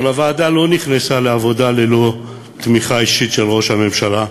אבל הוועדה לא נכנסה לעבודה ללא תמיכה אישית של ראש הממשלה,